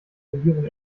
isolierung